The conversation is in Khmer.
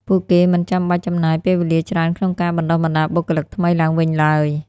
ពួកគេមិនចាំបាច់ចំណាយពេលវេលាច្រើនក្នុងការបណ្តុះបណ្តាលបុគ្គលិកថ្មីឡើងវិញឡើយ។